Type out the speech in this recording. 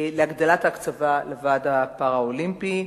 להגדלת ההקצבה לוועד הפראלימפי.